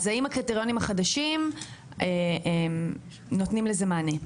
אז האם הקריטריונים החדשים נותנים לזה מענה?